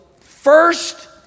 first